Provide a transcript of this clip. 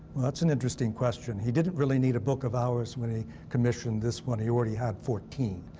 that's an interesting question. he didn't really need a book of hours when he commissioned this one, he already had fourteen.